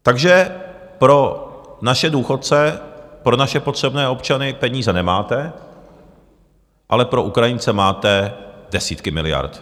Takže pro naše důchodce, pro naše potřebné občany, peníze nemáte, ale pro Ukrajince máte desítky miliard.